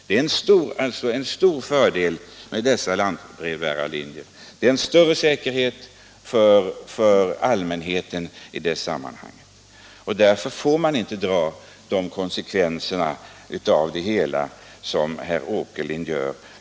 Det är alltså en stor fördel med lantbrevbäringen. Det innebär en större säkerhet för allmänheten. Därför får man inte dra de konsekvenserna på det sätt som herr Åker lind gör.